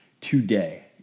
today